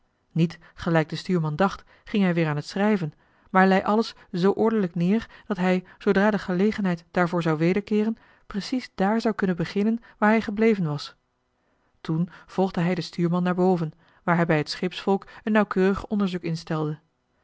niet gelijk de stuurman dacht ging hij weer aan t schrijven maar lei alles zoo ordelijk neer dat hij zoodra de gelegenheid daarvoor zou wederkeeren precies daar zou kunnen beginnen waar hij gebleven was toen volgde hij den stuurman naar boven waar hij bij het scheepsvolk een nauwkeurig onderzoek instelde